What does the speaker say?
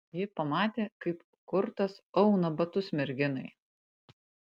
ji pamatė kaip kurtas auna batus merginai